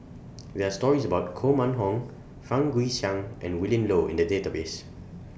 There Are stories about Koh Mun Hong Fang Guixiang and Willin Low in The Database